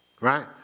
Right